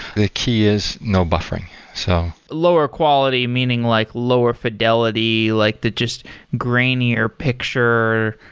the key is no buffering so lower quality, meaning like lower fidelity, like the just grainier picture,